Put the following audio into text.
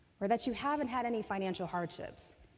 or that you haven't had any financial hardships,